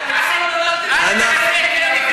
האוטונומיה.